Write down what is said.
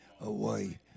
away